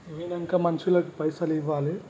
తవ్వినాక మనుషులకు పైసలు ఇవ్వాలి